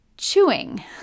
Chewing